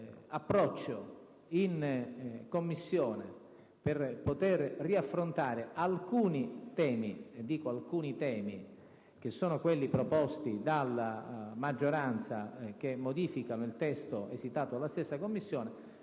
approccio in Commissione per poter riaffrontare alcuni temi contenuti negli emendamenti proposti dalla maggioranza che modificano il testo esitato dalla stessa Commissione